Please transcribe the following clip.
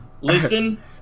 listen